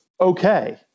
okay